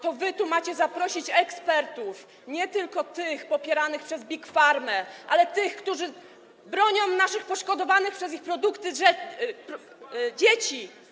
To wy macie tu zaprosić ekspertów, nie tylko tych popieranych przez Big Pharmę, ale tych, którzy bronią naszych poszkodowanych przez jej produkty dzieci.